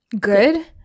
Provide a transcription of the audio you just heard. good